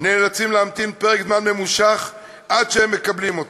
נאלצים להמתין פרק זמן ממושך עד שהם מקבלים אותו,